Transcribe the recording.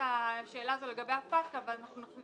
אבל אנחנו נבדוק את השאלה הזו לגבי הפטקא